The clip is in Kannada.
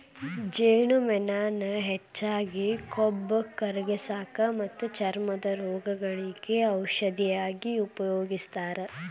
ಜೇನುಮೇಣಾನ ಹೆಚ್ಚಾಗಿ ಕೊಬ್ಬ ಕರಗಸಾಕ ಮತ್ತ ಚರ್ಮದ ರೋಗಗಳಿಗೆ ಔಷದ ಆಗಿ ಉಪಯೋಗಸ್ತಾರ